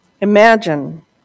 Imagine